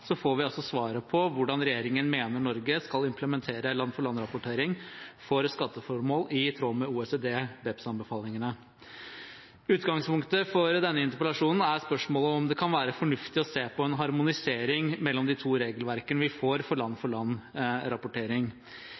får vi svaret på hvordan regjeringen mener Norge skal implementere land-for-land-rapportering for skatteformål i tråd med OECD-BEPS-anbefalingene. Utgangspunktet for denne interpellasjonen er spørsmålet om det kan være fornuftig å se på en harmonisering mellom de to regelverkene vi får for land-for-land-rapportering. I proposisjonen og i høringsutkastet beskriver regjeringen land-for-land for